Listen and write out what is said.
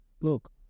Look